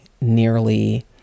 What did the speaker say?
nearly